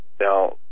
Now